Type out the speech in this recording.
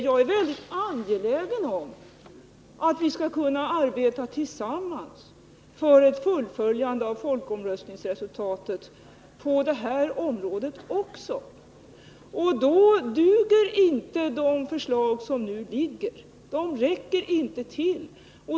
Jag är angelägen om att vi skall kunna arbeta tillsammans för ett fullföljande av folkomröstningsresultatet på det här området också, men då duger inte de förslag som nu föreligger — de räcker inte till.